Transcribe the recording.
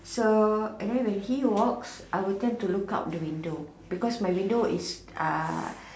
so and then when he walks I will tend to look out the window because my window is uh